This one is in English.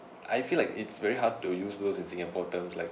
I feel like it's very hard to use those in singapore terms like